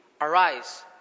arise